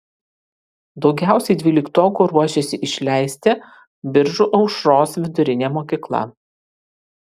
daugiausiai dvyliktokų ruošiasi išleisti biržų aušros vidurinė mokykla